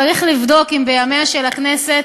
צריך לבדוק אם בימיה של הכנסת